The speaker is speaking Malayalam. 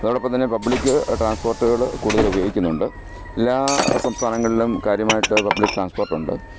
അതോടൊപ്പം തന്നെ പബ്ലിക്ക് ട്രാൻസ്പോർട്ടുകൾ കൂടുതൽ ഉപയോഗിക്കുന്നുണ്ട് എല്ലാ സംസ്ഥാനങ്ങളിലും കാര്യമായിട്ട് പബ്ലിക്ക് ട്രാൻസ്പോർട്ടുണ്ട്